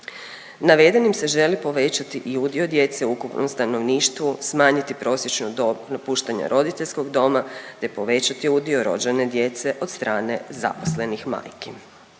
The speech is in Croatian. Navedenim se želi povećati i udio djece u ukupnom stanovništvu, smanjiti prosječnu dob napuštanja roditeljskog doma te povećati udio rođene djece od strane zaposlenih majki,